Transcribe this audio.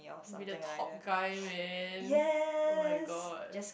be the top guy man oh-my-God